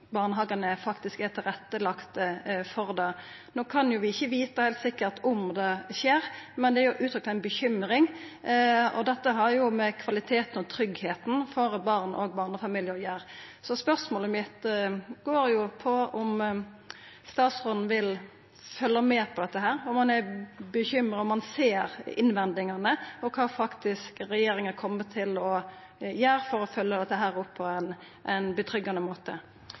barnehagane faktisk er lagde til rette for det. No kan vi ikkje vita sikkert om det skjer, men det er gitt uttrykk for ei bekymring, og dette har òg med kvaliteten og tryggleiken for barn og barnefamiliar å gjera. Så spørsmålet mitt gjeld om statsråden vil følgja med på dette. Er han bekymra, ser han innvendingane, og kva kjem regjeringa faktisk til å gjera for å følgja opp dette på ein forsvarleg måte?